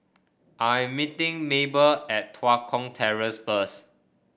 I am meeting Mabel at Tua Kong Terrace first